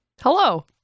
Hello